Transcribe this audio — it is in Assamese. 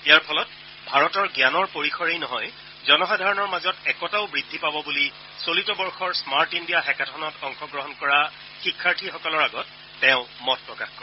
ইয়াৰ ফলত ভাৰতৰ জ্ঞানৰ পৰিসৰেই নহয় জনসাধাৰণৰ মাজত একতাও বৃদ্ধি পাব বুলি চলিত বৰ্ষৰ স্মাৰ্ট ইণ্ডিয়া হেকাথনত অংশগ্ৰহণ কৰা শিক্ষাৰ্থীসকলৰ আগত তেওঁ প্ৰকাশ কৰে